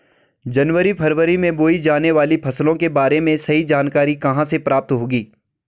जनवरी फरवरी में बोई जाने वाली फसलों के बारे में सही जानकारी कहाँ से प्राप्त होगी?